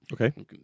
Okay